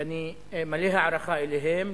שאני מלא הערכה אליהם,